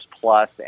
plus